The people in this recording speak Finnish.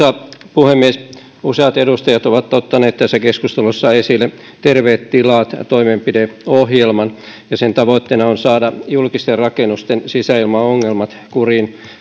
puhemies useat edustajat ovat ottaneet tässä keskustelussa esille terveet tilat toimenpideohjelman sen tavoitteena on saada julkisten rakennusten sisäilmaongelmat kuriin